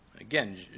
Again